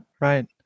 Right